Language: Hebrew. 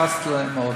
לחצתי עליהם מאוד.